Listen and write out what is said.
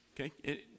Okay